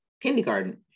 kindergarten